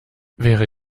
wäre